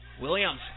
Williams